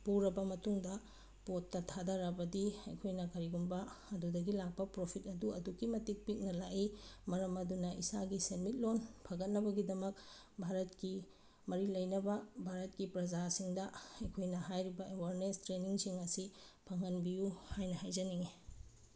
ꯄꯨꯔꯕ ꯃꯇꯨꯡꯗ ꯄꯣꯠꯇ ꯊꯥꯊꯔꯕꯗꯤ ꯑꯩꯈꯣꯏꯅ ꯀꯔꯤꯒꯨꯝꯕ ꯑꯗꯨꯗꯒꯤ ꯂꯥꯛꯄ ꯄ꯭ꯔꯣꯐꯤꯠ ꯑꯗꯨ ꯑꯗꯨꯛꯀꯤ ꯃꯇꯤꯛ ꯄꯤꯛꯅ ꯂꯥꯛꯏ ꯃꯔꯝ ꯑꯗꯨꯅ ꯏꯁꯥꯒꯤ ꯁꯦꯟꯃꯤꯠꯂꯣꯟ ꯐꯒꯠꯅꯕꯒꯤꯗꯃꯛ ꯚꯥꯔꯠꯀꯤ ꯃꯔꯤ ꯂꯩꯅꯕ ꯚꯥꯔꯠꯀꯤ ꯄ꯭ꯔꯖꯥꯁꯤꯡꯗ ꯑꯩꯈꯣꯏꯅ ꯍꯥꯏꯔꯤꯕ ꯑꯦꯋꯥꯔꯅꯦꯁ ꯇ꯭ꯔꯦꯅꯤꯡꯁꯤꯡ ꯑꯁꯤ ꯐꯪꯍꯟꯕꯤꯌꯨ ꯍꯥꯏꯅ ꯍꯥꯏꯖꯅꯤꯡꯉꯤ